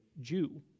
Jew